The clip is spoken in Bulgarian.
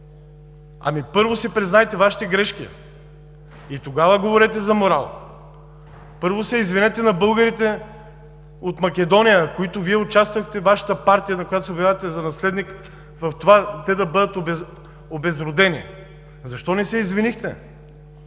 Ами, първо си признайте Вашите грешки и тогава говорете за морал. Първо се извинете на българите от Македония, за които Вие участвахте – Вашата партия, на която се обявявате за наследник, в това те да бъдат обезродени. Защо не се извинихте?